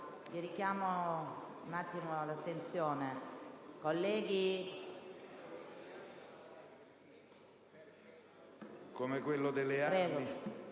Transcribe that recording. come quello delle armi,